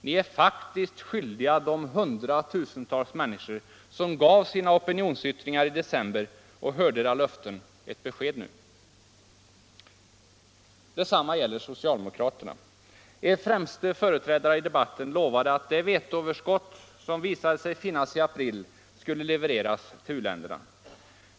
Ni är faktiskt skyldiga de hundratusentals människor, som gav sin opinionsyttring i december och hörde era löften, ett besked nu. Detsamma gäller socialdemokraterna. Er främste företrädare i debatten lovade att det veteöverskott som visade sig finnas i april skulle levereras till u-länderna.